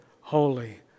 holy